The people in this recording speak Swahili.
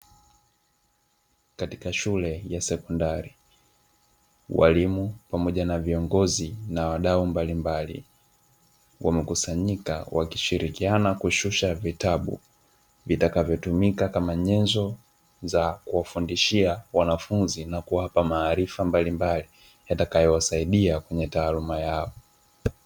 Katika shure ya sekondari, walimu pamoja na viongozi na wadau mbalimbali wamekusanyika wakishilikiana kushisha vitabu, vitakavyo tumika kama nyenzo za kufundishia wanafunzi ja kuwapa maarifa mbalimbali yatakayowasaidia kwenye taaluma yao.